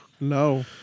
No